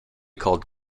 called